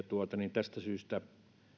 tästä syystä